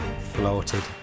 floated